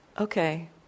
okay